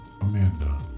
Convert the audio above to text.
Amanda